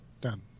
done